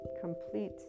complete